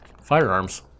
firearms